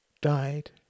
died